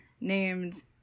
named